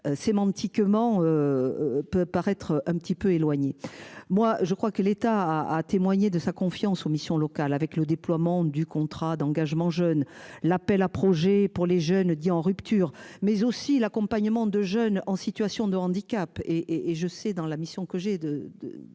Sémantiquement. Peut paraître un petit peu éloigné. Moi je crois que l'État a témoigné de sa confiance aux missions locales avec le déploiement du contrat d'engagement jeune, l'appel à projets pour les jeunes, dits en rupture mais aussi l'accompagnement de jeunes en situation de handicap et et je sais dans la mission que j'ai de